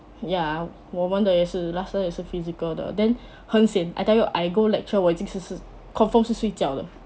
ya 我们的也是 last year 也是 physical 的 then 很 sian I tell you I go lecture 我已经是是 confirm 是睡觉的